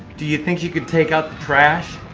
do you think you could take out the trash?